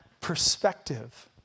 perspective